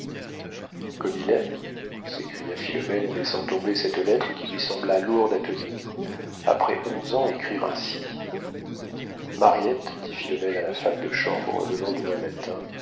comme il aime s'écria philomène en laissant tomber cette lettre qui lui sembla lourde à tenir après onze ans écrire ainsi mariette dit philomène à la femme de chambre le lendemain matin